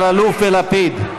אלאלוף ולפיד,